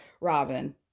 Robin